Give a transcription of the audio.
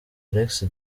alex